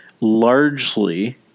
largely